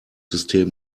system